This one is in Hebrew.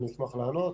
אני אשמח לענות.